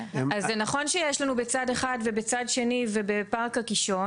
אז זה נכון שיש לנו בצד אחד ובצד שני ובפארק הקישון